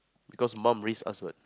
cause mom raise us what